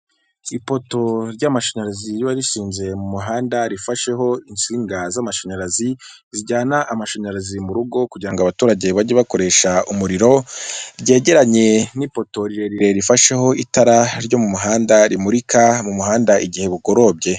Ipoto ry'amashanyarazi riba rishinze mu muhanda rifasheho insinga z'amashanyarazi, zijyana amashanyarazi mu rugo kugira ngo abaturage bajye bakoresha umuriro, ryegeranye n'ipoto rirerire rifasheho itara ryo mu muhanda rimurika mu muhanda igihe bugorobye.